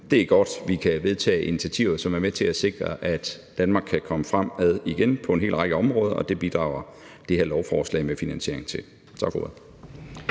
Det er godt, at vi kan vedtage initiativer, som er med til sikre, at Danmark igen kan komme fremad på en lang række områder, og det bidrager det her lovforslag med finansiering til. Tak for ordet.